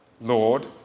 Lord